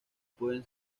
pueden